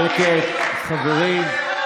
שקט, חברים.